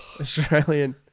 Australian